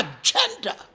agenda